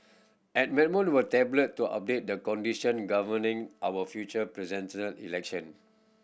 amendment were tabled to update the condition governing our future Presidential Election